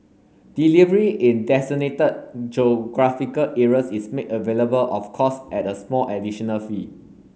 delivery in designated geographical areas is made available of course at a small additional fee